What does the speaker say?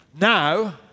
now